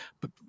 But-